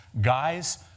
Guys